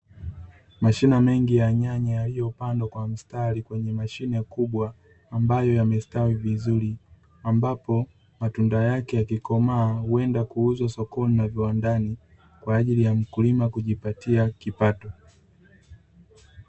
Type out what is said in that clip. Mashina mengi ya nyanya yaliyopandwa kwa mstari kwenye mashine kubwa ambayo yamestawi vizuri, ambapo matunda yake yakikomaa huenda kuuzwa sokoni na viwandani, kwa ajili ya mkulima kujipatia kipato.